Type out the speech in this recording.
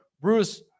Bruce